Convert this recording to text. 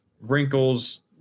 wrinkles